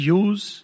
use